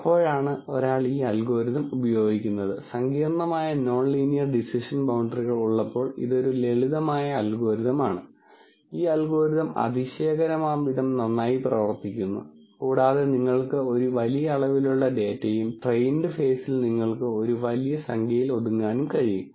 എപ്പോഴാണ് ഒരാൾ ഈ അൽഗോരിതം ഉപയോഗിക്കുന്നത് സങ്കീർണ്ണമായ നോൺ ലീനിയർ ഡിസിഷൻ ബൌണ്ടറികൾ ഉള്ളപ്പോൾ ഇതൊരു ലളിതമായ അൽഗോരിതം ആണ് ഈ അൽഗോരിതം അതിശയകരമാം വിധം നന്നായി പ്രവർത്തിക്കുന്നു കൂടാതെ നിങ്ങൾക്ക് ഒരു വലിയ അളവിലുള്ള ഡാറ്റയും ട്രെയിൻഡ് ഫേസിൽ നിങ്ങൾക്ക് ഒരു വലിയ സംഖ്യയിൽ ഒതുങ്ങാൻ കഴിയും